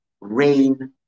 rain